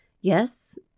Yes